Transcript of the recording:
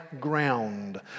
ground